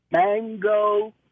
mango